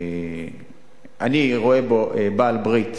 אני רואה בו בעל-ברית,